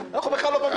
אנחנו בכלל לא במשחק.